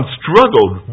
struggled